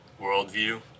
worldview